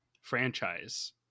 franchise